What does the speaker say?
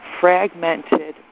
fragmented